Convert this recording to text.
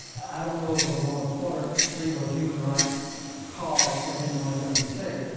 i don't know of a more important single human rights cause that anyone could undertake